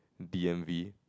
D M V